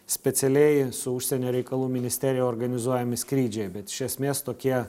specialiai su užsienio reikalų ministerija organizuojami skrydžiai bet iš esmės tokie